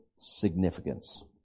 significance